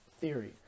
theory